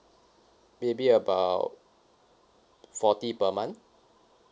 maybe about forty per month